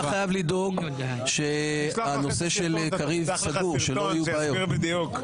אתה חייב לדאוג שהנושא של קריב סגור ושלא יהיו בעיות.